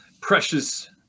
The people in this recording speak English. precious